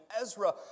Ezra